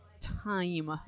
time